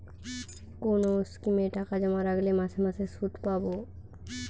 কোন স্কিমে টাকা জমা রাখলে মাসে মাসে সুদ পাব?